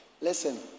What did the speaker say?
listen